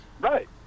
Right